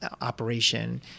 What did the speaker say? operation